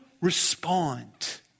respond